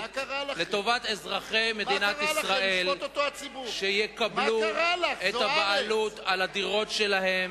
לטובת אזרחי מדינת ישראל שיקבלו את הבעלות על הדירות שלהם,